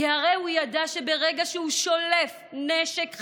כי הרי הוא ידע שברגע שהוא שולף נשק חם,